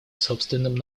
собственным